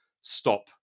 stop